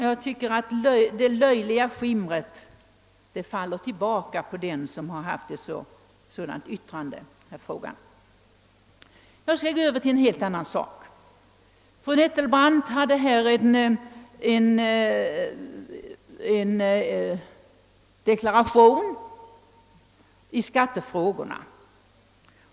Jag tycker att det löjliga skimret kastas tillbaka på den som fällt yttrandet. Jag skall gå över till en helt annan sak. Fru Nettelbrandt gjorde här en deklaration i skattefrågorna.